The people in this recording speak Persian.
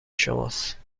شماست